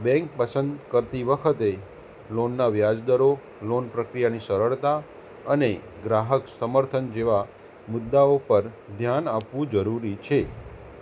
bank પસંદ કરતી વખતે લોનના વ્યાજદરો લોન પ્રક્રિયાની સરળતા અને ગ્રાહક સમર્થન જેવા મુદ્દાઓ પર ધ્યાન આપવું જરૂરી છે